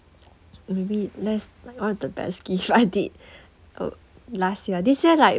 maybe that's one of the best gift I did uh last year this year like